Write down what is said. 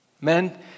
Men